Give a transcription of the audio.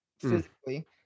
physically